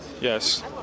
Yes